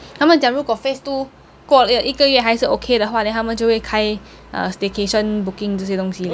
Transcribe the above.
他们讲如果 phase two 过了有一个月还是 okay 的话他们就会开 uh staycation booking 这些东西